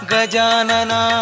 Gajanana